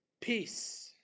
Peace